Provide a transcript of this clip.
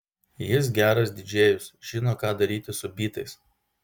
jis geras didžėjus žino ką daryti su bytais